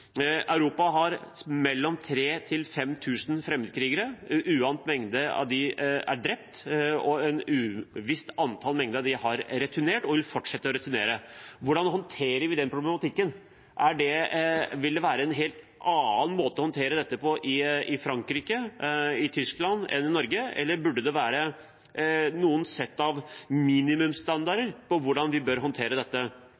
Europa har mellom 3 000 og 5 000 fremmedkrigere. En uant mengde av dem er drept, et visst antall av dem har returnert, og flere vil returnere. Hvordan håndterer vi den problematikken? Vil det være en helt annen måte å håndtere dette på i Frankrike – eller i Tyskland – enn i Norge? Burde det være et sett av